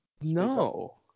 No